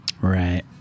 Right